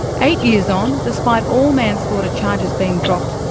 eight years on, despite all manslaughter charges being dropped,